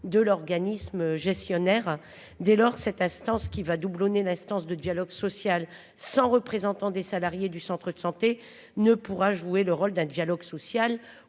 de l'organisme gestionnaire. Dès lors, cette instance qui va doublonner l'instance de dialogue social sans représentants des salariés du centre de santé ne pourra jouer le rôle d'un dialogue social